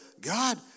God